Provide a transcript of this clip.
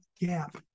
gap